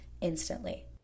instantly